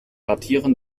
datieren